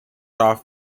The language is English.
off